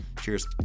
Cheers